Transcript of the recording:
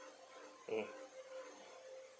mm